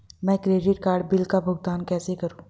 मैं credit card bill का भुगतान कैसे करूं?